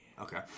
Okay